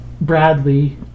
Bradley